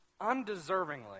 undeservingly